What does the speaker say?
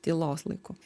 tylos laiku